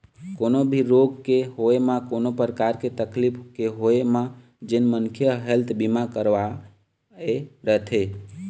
कोनो भी रोग के होय म कोनो परकार के तकलीफ के होय म जेन मनखे ह हेल्थ बीमा करवाय रथे